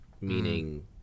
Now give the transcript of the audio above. meaning